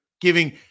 Giving